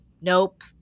nope